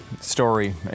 story